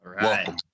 Welcome